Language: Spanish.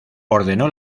ordenó